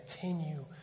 continue